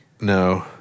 No